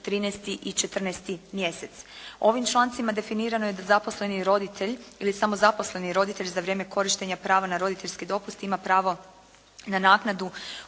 13. i 14. mjesec. Ovim člancima definirano je da zaposleni roditelj ili samozaposleni roditelj za vrijeme korištenja prava na roditeljski dopust ima pravo na naknadu